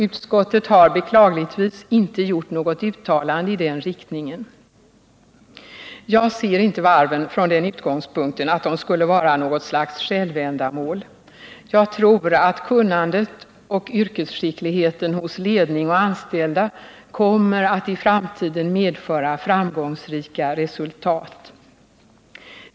Utskottet har beklagligtvis inte gjort något uttalande i den riktningen. Jag ser inte varven från den utgångspunkten att de skulle vara något slags självändamål. Jag tror att kunnandet och yrkesskickligheten hos ledning och anställda kommer att i framtiden medföra framgångsrika resultat.